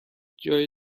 جای